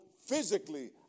physically